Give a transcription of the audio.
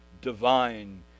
divine